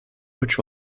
which